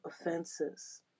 offenses